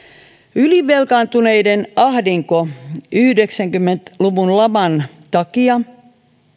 ylivelkaantuneiden ahdinko yhdeksänkymmentä luvun laman takia